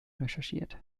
recherchiert